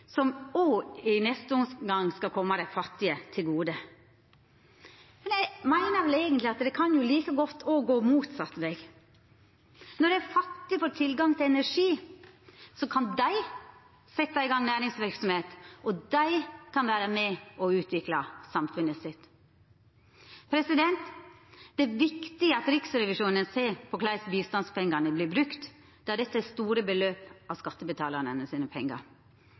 som så i neste omgang også kommer de fattige til gode». Eg meiner vel eigentleg at det like godt kan gå motsett veg. Når dei fattige får tilgang til energi, kan dei setja i gang næringsverksemd og vera med på å utvikla samfunnet sitt. Det er viktig at Rikserevisjonen ser på korleis bistandspengane vert brukte då dette utgjer store beløp av skattebetalarane sine pengar.